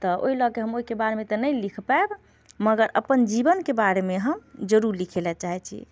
तऽ ओहि लऽ के हम ओहिके बारेमे तऽ नहि लिख पायब मगर अपन जीवनके बारेमे हम जरूर लिखे लऽ चाहैत छी